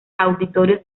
auditorios